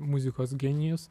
muzikos genijus